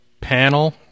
panel